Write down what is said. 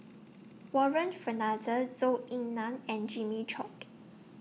Warren Fernandez Zhou Ying NAN and Jimmy Chok